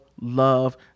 love